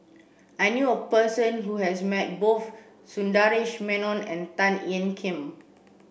I knew a person who has met both Sundaresh Menon and Tan Ean Kiam